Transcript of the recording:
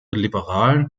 liberalen